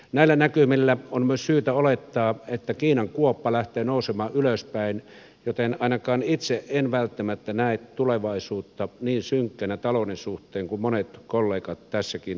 näillä näkymillä on myös syytä olettaa että kiinan kuoppa lähtee nousemaan ylöspäin joten ainakaan itse en välttämättä näe tulevaisuutta niin synkkänä talouden suhteen kuin monet kollegat tässäkin salissa